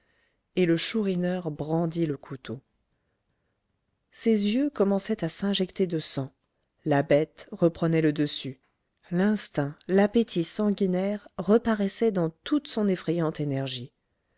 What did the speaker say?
et le chourineur brandit le couteau ses yeux commençaient à s'injecter de sang la bête reprenait le dessus l'instinct l'appétit sanguinaire reparaissait dans toute son effrayante énergie